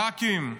ח"כים,